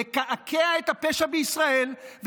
לקעקע את הפשע בישראל.